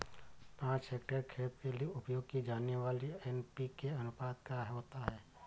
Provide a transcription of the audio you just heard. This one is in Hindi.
पाँच हेक्टेयर खेत के लिए उपयोग की जाने वाली एन.पी.के का अनुपात क्या होता है?